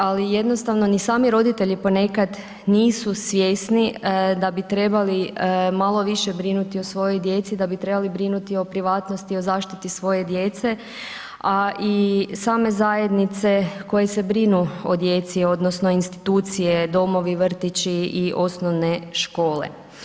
Ali jednostavno ni sami roditelji, ponekad nisu svjesni da bi trebali malo više brinuti o svojoj djeci, da bi trebali brinuti o privatnosti, o zaštiti svoje djece, a i same zajednice, koje se brinu o djeci, odnosno, institucije, domovi, vrtići i osnovne škole.